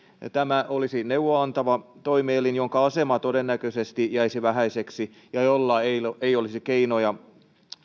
ja tämä olisi neuvoa antava toimielin jonka asema todennäköisesti jäisi vähäiseksi ja jolla ei olisi keinoja